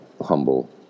humble